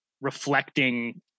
reflecting